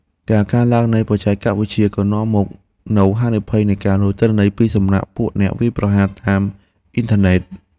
ការកើនឡើងនៃបច្ចេកវិទ្យាក៏នាំមកនូវហានិភ័យនៃការលួចទិន្នន័យពីសំណាក់ពួកអ្នកវាយប្រហារតាមអ៊ីនធឺណិត។